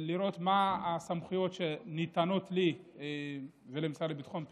ולראות מה הסמכויות שניתנות לי ולמשרד לביטחון פנים.